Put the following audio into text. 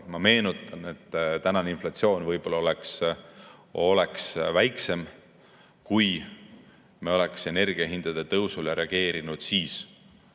Ma meenutan, et tänane inflatsioon võib-olla oleks väiksem, kui me oleks energia hindade tõusule reageerinud siis,